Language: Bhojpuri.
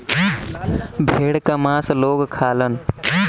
भेड़ क मांस लोग खालन